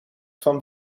van